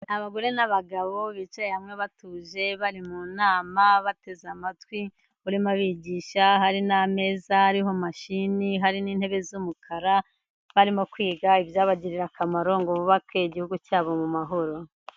Abagore n'abagabo bicaye hamwe batuje bari mu nama bateze amatwi urimo abigisha, hari n'ameza ariho mashini hari n'intebe z'umukara, barimo kwiga ibyabagirira akamaro ngo bubake igihugu cyabo mu mahoro.